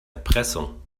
erpressung